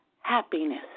happiness